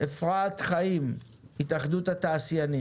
זה האתגר על השולחן שלנו.